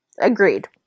Agreed